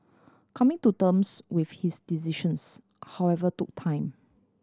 coming to terms with his decisions however took time